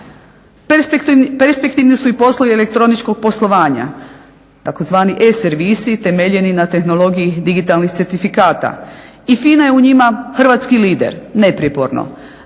Perspektivni su i poslovi elektroničkog poslovanja, tzv. e-servisi temeljeni na tehnologiji digitalnih certifikata. I FINA je u njima hrvatski lider neprijeporno.